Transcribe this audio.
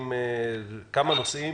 שהם נושאים